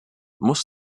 muss